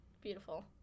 Beautiful